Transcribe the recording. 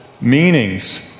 meanings